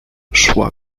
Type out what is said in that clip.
szła